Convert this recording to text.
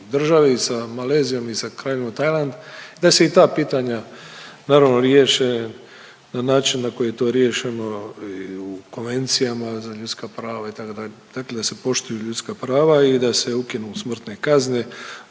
države i sa Malezijom i sa Kraljevinom Tajland da se i ta pitanja naravno riješe na način na koji je to riješeno i u konvencijama za ljudska prava itd. Dakle, da se poštuju ljudska prava i da se ukinu smrtne kazne.